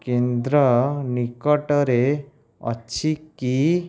କେନ୍ଦ୍ର ନିକଟରେ ଅଛି କି